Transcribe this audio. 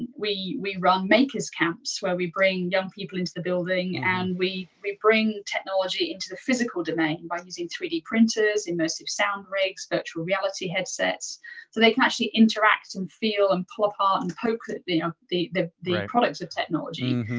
we we run makers camps where we bring young people into the building and we we bring technology into the physical domain by using three d printers, immersive sound rigs, virtual reality headsets. so they can actually interact and feel and pluck ah at and poke you know the the products of technology.